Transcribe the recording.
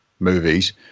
movies